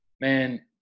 man